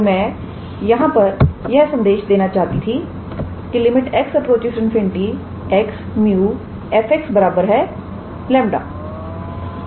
तो मैं यहां पर यह संदेश देना चाहती थी किx∞ 𝑥 𝜇𝑓𝑥 𝜆 है